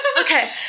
Okay